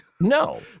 no